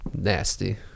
Nasty